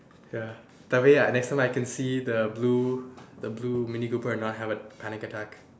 ya tell me ah next time I can see the blue the blue mini cooper and not have a panic attack